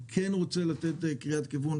אני כן רוצה לתת קריאת כיוון,